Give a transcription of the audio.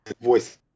voice